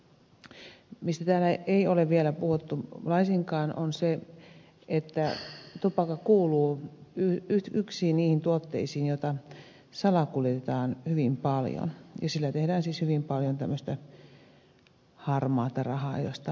se mistä täällä ei ole vielä puhuttu laisinkaan on se että tupakka kuuluu niihin tuotteisiin joita salakuljetetaan hyvin paljon ja sillä tehdään siis hyvin paljon tämmöistä harmaata rahaa josta ed